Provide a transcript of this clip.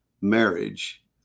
marriage